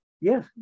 Yes